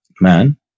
man